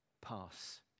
pass